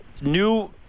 New